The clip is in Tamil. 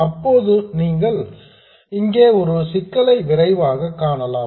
இப்போது நீங்கள் இங்கே ஒரு சிக்கலை விரைவாக காணலாம்